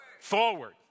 Forward